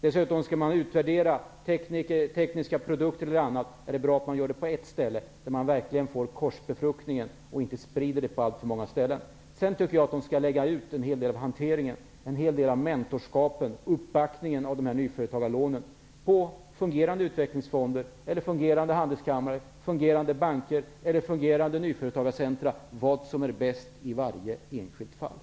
Dessutom: Skall man utvärdera tekniska produkter och annat är det bra att man gör det på ett ställe, där man verkligen får en korsbefruktning, och inte sprider det på alltför många ställen. Sedan tycker jag att de skall lägga ut en hel del av hanteringen, mentorskapen, uppbackningen av dessa nyföretagarlån på fungerande utvecklingsfonder, handelskammare, banker eller nyföretagarcentra, vad som är bäst i varje enskilt fall.